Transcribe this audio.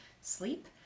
sleep